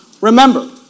remember